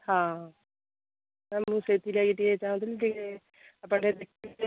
ହଁ ତ ମୁଁ ସେଥିଲାଗି ଟିକେ ଚାହୁଁଥିଲେ ଟିକେ ଆପଣ ଟିକେ ଦେଖିବେ